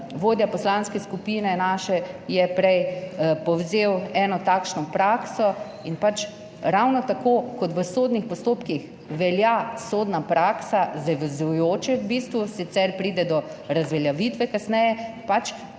Vodja poslanske skupine naše je prej povzel eno takšno prakso in pač ravno tako, kot v sodnih postopkih velja sodna praksa zavezujoče v bistvu, sicer pride do razveljavitve kasneje, pač